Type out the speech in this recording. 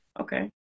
Okay